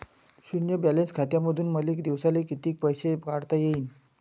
शुन्य बॅलन्स खात्यामंधून मले दिवसाले कितीक पैसे काढता येईन?